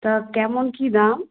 তা কেমন কী দাম